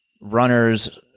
runners